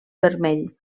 vermell